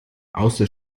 außer